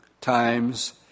times